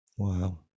Wow